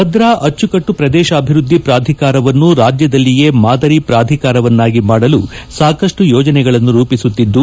ಭದ್ರಾ ಅಬ್ಬಕಟ್ಟು ಪ್ರದೇಶಾಭಿವೃದ್ದಿ ಪ್ರಾಧಿಕಾರವನ್ನು ರಾಜ್ಯದಲ್ಲಿಯೇ ಮಾದರಿ ಪ್ರಾಧಿಕಾರವನ್ನಾಗಿ ಮಾಡಲು ಸಾಕಷ್ಟು ಯೋಜನೆಗಳನ್ನು ರೂಪಿಸುತ್ತಿದ್ದು